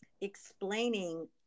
explaining